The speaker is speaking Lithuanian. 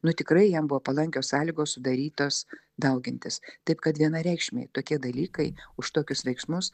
nu tikrai jam buvo palankios sąlygos sudarytos daugintis taip kad vienareikšmiai tokie dalykai už tokius veiksmus